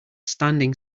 standing